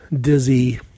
dizzy